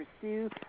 pursue